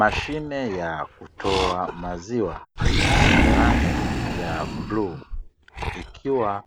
Mashine ya kutoa maziwa yenye rangi ya bluu, ikiwa